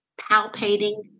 palpating